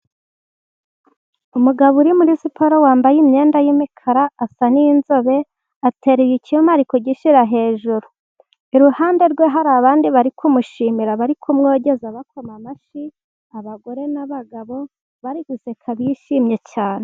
Umugabo uri muri siporo wambaye imyenda y’imikara, asa n’inzobe, ateruye icyuma ari kugishyira hejuru. Iruhande rwe hari abandi bari kumushimira, bari kumwogeza bakoma amashyi, abagore n’abagabo bari guseka, bishimye cyane.